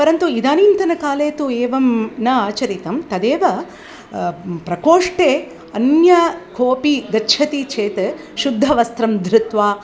परन्तु इदानीन्तनकाले तु एवं न आचरितं तदेव प्रकोष्ठे अन्य कोऽपि गच्छति चेत् शुद्धवस्त्रं धृत्वा